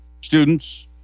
students